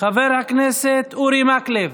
חבר הכנסת אורי מקלב.